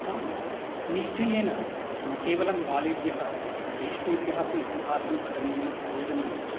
आं निश्चयेन न केवलं बालेभ्यः ज्येष्ठेभ्यः अपि इतिहासं पठनीयम् बोधनीयं च